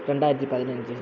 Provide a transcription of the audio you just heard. ரெண்டாயிரத்தி பதினஞ்சு